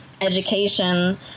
education